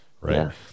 right